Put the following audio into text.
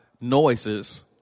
noises